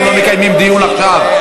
אנחנו לא מקיימים דיון עכשיו.